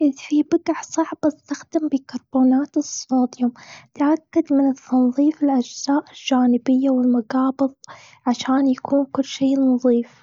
إذا في بقع صعبة، إستخدم بيكربونات الصوديوم. تأكد من التنظيف الأجزاء الجانبيه والمقابض، عشان يكون كل شي نظيف.